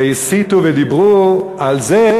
שהסיתו ודיברו על זה,